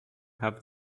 have